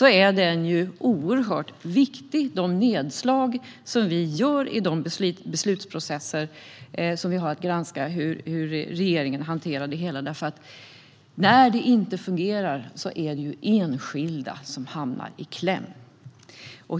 är våra nedslag i de beslutsprocesser som regeringen gör av det hela och som vi granskar oerhört viktiga. För när det inte fungerar är det enskilda människor som kommer i kläm.